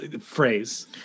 phrase